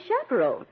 chaperone